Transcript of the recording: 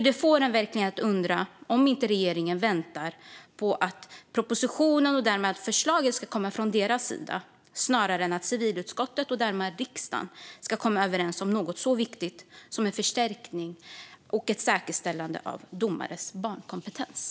Det får mig att undra om ni inte hellre väntar in regeringens proposition än ser till att civilutskottet och därmed riksdagen kommer överens om något så viktigt som en förstärkning och ett säkerställande av domares barnkompetens.